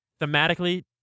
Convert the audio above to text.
Thematically